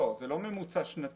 לא, זה לא ממוצע שנתי.